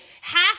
half